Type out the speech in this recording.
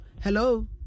Hello